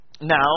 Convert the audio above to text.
Now